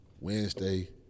Wednesday